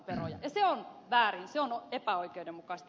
ja se on väärin se on epäoikeudenmukaista